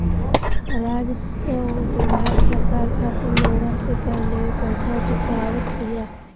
राजस्व विभाग सरकार खातिर लोगन से कर लेके पईसा जुटावत बिया